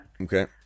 Okay